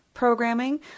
programming